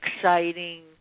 exciting